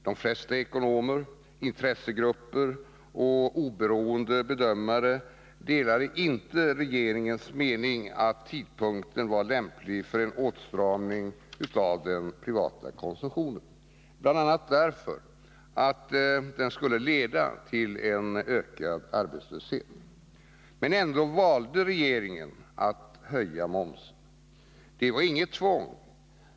De flesta ekonomer, intressegrupper och oberoende bedömare delade inte regeringens mening att tidpunkten var lämplig för en åtstramning av den privata konsumtionen, bl.a. därför att den skulle leda till ökad arbetslöshet. Ändå valde regeringen att höja momsen. Det var inget tvång.